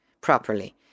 properly